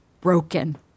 broken